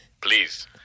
Please